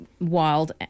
wild